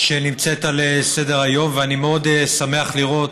שנמצאת על סדר-היום, ואני מאוד שמח לראות,